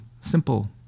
simple